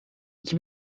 iki